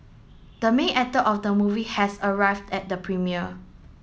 the main actor of the movie has arrived at the premiere